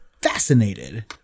Fascinated